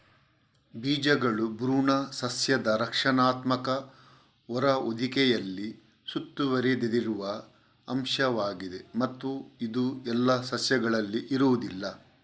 ಬೀಜಗಳು ಭ್ರೂಣ ಸಸ್ಯದ ರಕ್ಷಣಾತ್ಮಕ ಹೊರ ಹೊದಿಕೆಯಲ್ಲಿ ಸುತ್ತುವರೆದಿರುವ ಅಂಶವಾಗಿದೆ ಮತ್ತು ಇದು ಎಲ್ಲಾ ಸಸ್ಯಗಳಲ್ಲಿ ಇರುವುದಿಲ್ಲ